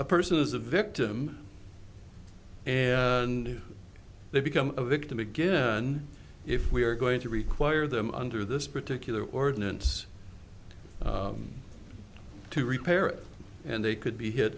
a person is a victim and they become a victim again if we are going to require them under this particular ordinance to repair it and they could be hit